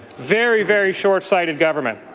very, very short-sighted government.